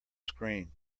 screen